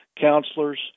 counselors